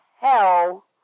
hell